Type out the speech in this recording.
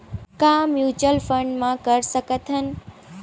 का mutual fund म कर सकत हन?